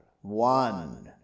One